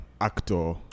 actor